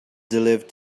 delivered